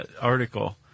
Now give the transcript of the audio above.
article